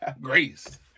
Grace